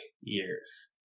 years